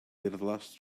wyrddlas